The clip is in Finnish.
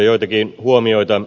joitakin huomioita